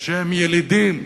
שהם ילידים,